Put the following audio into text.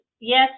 yes